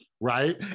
right